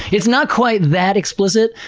it's not quite that explicit,